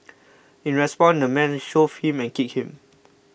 in response the man shoved him and kicked him